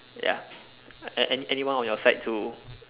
ya any~ any~ anyone on your side to